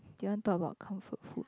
you want talk about comfort food